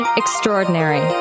extraordinary